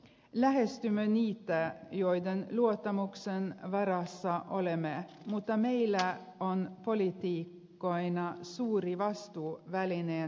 lähestymme niitä joiden luottamuksen varassa olemme mutta meillä on poliitikkoina suuri vastuu välineen käyttämisestä